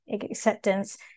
acceptance